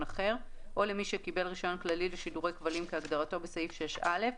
אחר או למי שקיבל רישיון כללי לשידורי כבלים כהגדרתו בסעיף 6א,